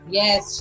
yes